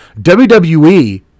WWE